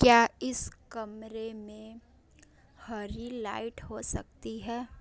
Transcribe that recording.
क्या इस कमरे में हरी लाइट हो सकती है